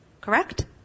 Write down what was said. correct